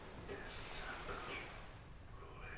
there is a sound-control rule